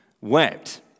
wept